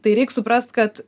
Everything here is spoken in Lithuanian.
tai reik suprast kad